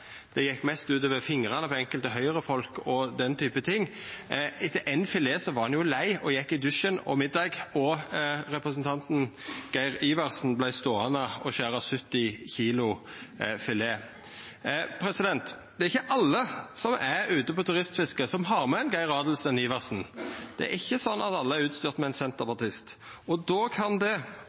gjekk mest ut over fingrane til enkelte Høyre-folk og den type ting. Etter éin filet var ein lei og gjekk i dusjen og til middag – og representanten Geir Adelsten Iversen vart ståande og skjera 70 kg filet. Det er ikkje alle som er ute på turistfiske som har med seg ein Geir Adelsten Iversen. Det er ikkje alle som er utstyrte med ein senterpartist, og då kan det